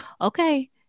okay